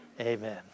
amen